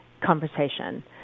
conversation